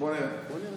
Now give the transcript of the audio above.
בוא נראה.